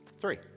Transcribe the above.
Three